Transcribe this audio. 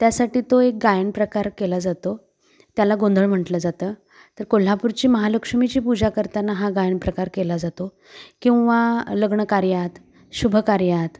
त्यासाठी तो एक गायन प्रकार केला जातो त्याला गोंधळ म्हटलं जातं तर कोल्हापूरची महालक्ष्मीची पूजा करताना हा गायन प्रकार केला जातो किंवा लग्न कार्यात शुभकार्यात